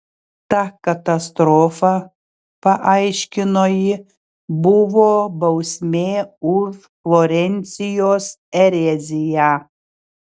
ta katastrofa paaiškino ji buvo bausmė už florencijos ereziją